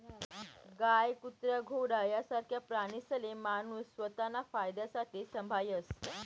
गाय, कुत्रा, घोडा यासारखा प्राणीसले माणूस स्वताना फायदासाठे संभायस